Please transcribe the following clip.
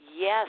Yes